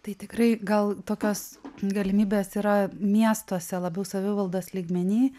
tai tikrai gal tokios galimybės yra miestuose labiau savivaldos lygmeny